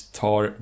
tar